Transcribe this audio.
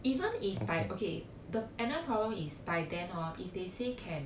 even if by okay the another problem is by then hor if they say can